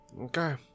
Okay